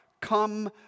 come